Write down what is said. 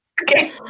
Okay